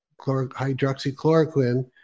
hydroxychloroquine